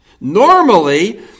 Normally